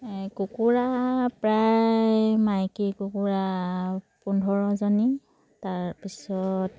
এই কুকুৰা প্ৰায় মাইকী কুকুৰা পোন্ধৰজনী তাৰপিছত